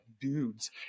dudes